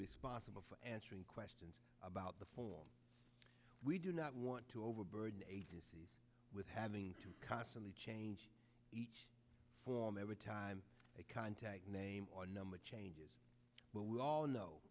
responsible for answering questions about the phone we do not want to overburden agencies with having to constantly change each and every time a contact name or number changes but we all know